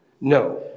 No